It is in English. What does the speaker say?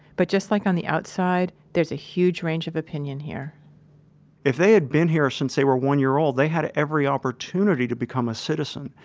but just like on the outside there's a huge range of opinions here if they had been here since they were one-year-old they had every opportunity to become a citizen.